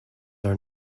are